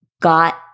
got